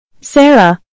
Sarah